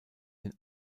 den